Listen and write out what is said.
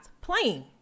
playing